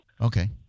Okay